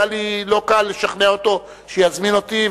היה לי לא קל לשכנע אותו שיזמין אותי,